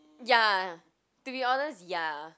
ya to be honest ya